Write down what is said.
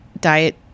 diet